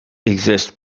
exist